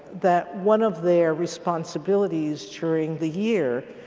that one of their responsibilities during the year,